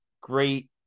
great